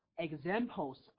examples